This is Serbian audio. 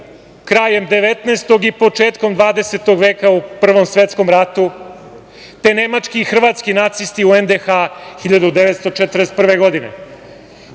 krajem 19. i početkom 20. veka u Prvom svetskom ratu, te nemački i hrvatski nacisti u NDH 1941. godine. Na